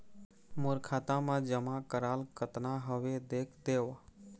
मोर खाता मा जमा कराल कतना हवे देख देव?